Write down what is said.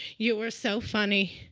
you were so funny.